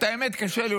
האמת, קשה לי.